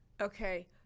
Okay